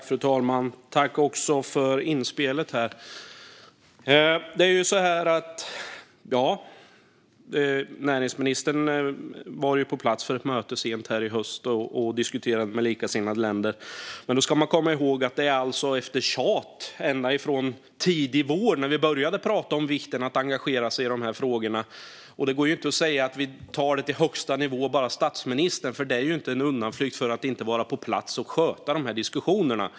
Fru talman! Jag tackar för inspelet. Ja, näringsministern var sent under hösten på plats för ett möte och diskuterade med likasinnade länder. Men då ska man komma ihåg att det skedde efter tjat ända sedan tidig vår, när vi började prata om vikten av att engagera sig i de här frågorna. Det går ju inte att bara säga att man tar det till högsta nivån, med statsministern, för det är inte en ursäkt för att inte vara på plats och sköta de här diskussionerna.